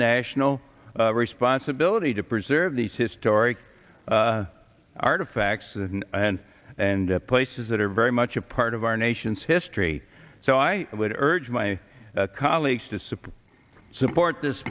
national responsibility to preserve these historic artifacts and places that are very much a part of our nation's history so i would urge my colleagues to support support this